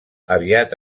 aviat